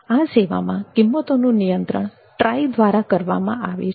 આ સેવામાં કિંમતોનું નિયંત્રણ TRAI દ્વારા કરવામાં આવે છે